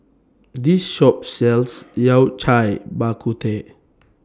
This Shop sells Yao Cai Bak Kut Teh